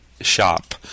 shop